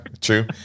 True